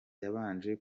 yabanje